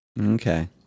Okay